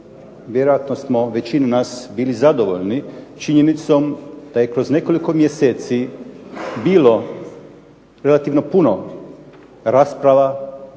vjerojatno smo većina nas bili zadovoljni činjenicom da je kroz nekoliko mjeseci bilo relativno puno rasprava,